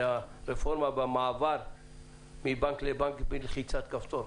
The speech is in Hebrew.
הרפורמה במעבר מבנק לבנק בלחיצת כפתור.